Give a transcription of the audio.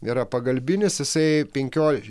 yra pagalbinis jisai penkioj